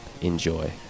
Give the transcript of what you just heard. enjoy